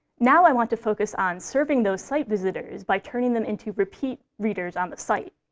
now i want to focus on serving those site visitors by turning them into repeat readers on the site.